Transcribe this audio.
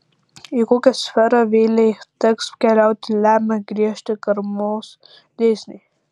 į kokią sferą vėlei teks keliauti lemia griežti karmos dėsniai